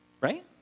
Right